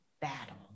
battle